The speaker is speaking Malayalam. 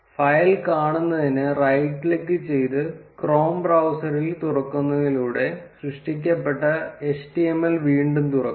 ഫയൽ കാണുന്നതിന് റൈറ്റ് ക്ലിക്ക് ചെയ്ത് ക്രോം ബ്രൌസറിൽ തുറക്കുന്നതിലൂടെ സൃഷ്ടിക്കപ്പെട്ട html വീണ്ടും തുറക്കാം